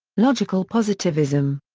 logical positivism.